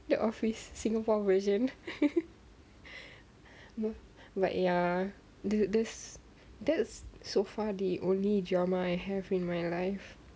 the office singapore version but ya this this that's so far the only drama I have in my life